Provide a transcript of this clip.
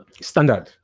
standard